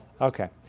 Okay